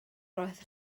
roedd